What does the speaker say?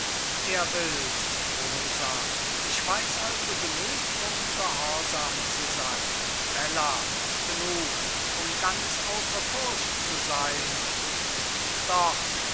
er wills rosa ich weiß also genug um gehorsam zu sein bella genug um ganz außer furcht zu sein und doch